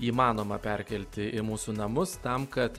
įmanoma perkelti į mūsų namus tam kad